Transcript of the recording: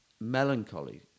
melancholy